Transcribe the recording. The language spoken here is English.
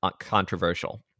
controversial